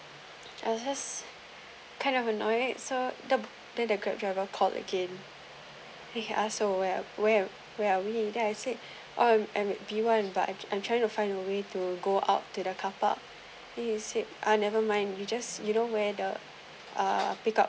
I just kind of annoyed so the then the grab driver called again he ask you where where where are we in then I said oh I'm b one but I I'm trying to find a way to go out to the car park he said ah never mind you just you know whether the uh pick up